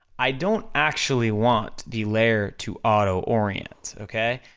i don't actually want the layer to auto-orient, okay?